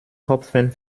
hopfen